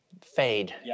fade